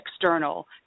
external